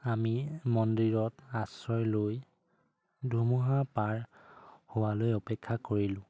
আমি মন্দিৰত আশ্ৰয় লৈ ধুমুহা পাৰ হোৱালৈ অপেক্ষা কৰিলোঁ